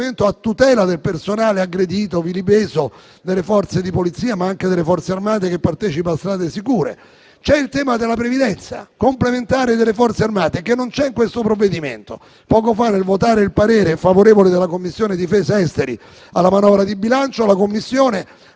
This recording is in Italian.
a tutela del personale aggredito, vilipeso delle Forze di polizia, ma anche delle Forze armate che partecipa a Strade sicure. C'è inoltre il tema della previdenza complementare delle Forze armate, ma non è in questo provvedimento. Poco fa nel votare il parere favorevole della Commissione difesa e esteri alla manovra di bilancio, la Commissione